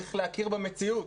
צריך להכיר במציאות,